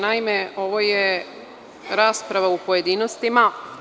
Naime, ovo je rasprava u pojedinostima.